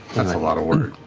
that's a lot of work.